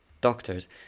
doctors